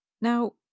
Now